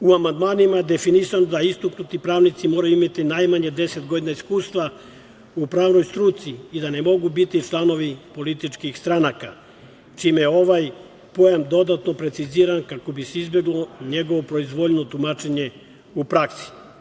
U amandmanima je definisano da istaknuti pravnici moraju imati najmanje 10 godina iskustva u pravnoj struci i da ne mogu biti članovi političkih stranaka, čime je ovaj pojam dodatno preciziran, kako bi se izbeglo njegovo proizvoljno tumačenje u praksi.